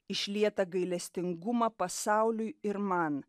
išlietą gailestingumą pasauliui ir man